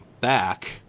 back